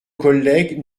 collègue